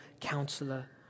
counselor